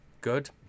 good